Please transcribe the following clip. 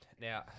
Now